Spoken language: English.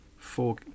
four